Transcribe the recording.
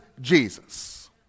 Jesus